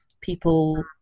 people